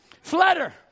flutter